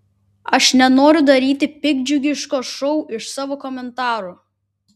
aš nenoriu daryti piktdžiugiško šou iš savo komentarų